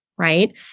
Right